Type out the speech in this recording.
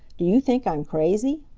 do you think i'm crazy?